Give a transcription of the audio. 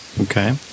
Okay